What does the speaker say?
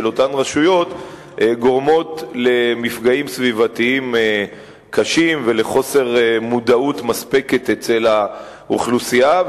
גורמים למפגעים סביבתיים קשים ולחוסר מודעות מספקת אצל האוכלוסייה.